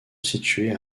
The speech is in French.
située